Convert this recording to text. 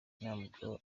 ntabwo